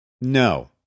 No